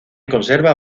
conserva